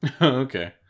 Okay